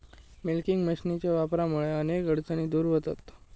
milking मशीनच्या वापरामुळा अनेक अडचणी दूर व्हतहत